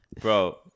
Bro